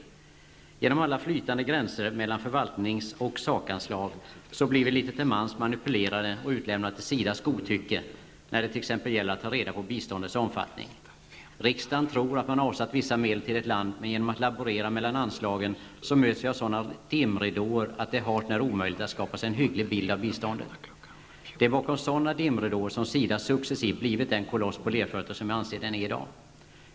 På grund av alla flytande gränser mellan förvaltnings och sakanslag blir vi litet till mans manipulerade och utlämnade till SIDAs godtycke när det t.ex. gäller att ta reda på biståndets omfattning. Riksdagen tror att vissa medel avsatts till ett land, men genom att man laborerar med anslagen möts vi av sådana dimridåer att det är hart när omöjligt att skapa sig en hygglig bild av biståndet. Det är bakom sådana dimridåer som SIDA succsessivt har blivit den koloss på lerfötter som jag anser att SIDA är i dag.